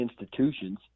institutions